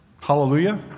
hallelujah